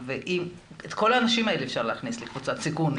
את כל האנשים האלה אפשר להכניס לקבוצת סיכון.